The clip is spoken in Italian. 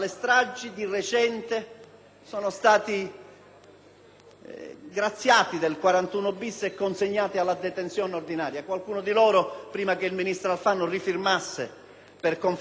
del 41-*bis* e consegnati alla detenzione ordinaria. Qualcuno di loro, prima che il ministro Alfano firmasse per confermare il regime del 41-*bis*, ha passato il Capodanno insieme agli altri detenuti!